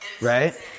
right